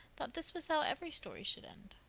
thought this was how every story should end.